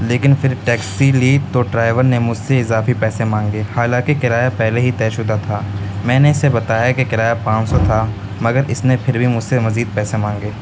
لیکن پھر ٹیکسی لی تو ڈرائیور نے مجھ سے اضافی پیسے مانگ لیے حالاںکہ کرایہ پہلے ہی طے شدہ تھا میں نے اس سے بتایا کہ کرایہ پانچچ سو تھا مگر اس نے پھر بھی مجھ سے مزید پیسے مانگے